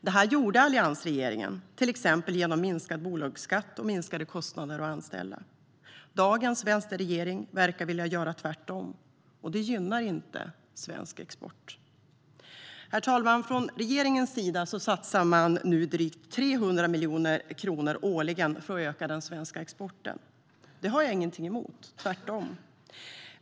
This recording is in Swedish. Det här gjorde alliansregeringen, till exempel genom minskad bolagsskatt och minskade kostnader för att anställa. Dagens vänsterregering verkar vilja göra tvärtom, och det gynnar inte svensk export. Herr talman! Från regeringens sida satsar man nu drygt 300 miljoner kronor årligen på att öka den svenska exporten. Det har jag inget emot - tvärtom.